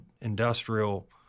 industrial